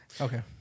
Okay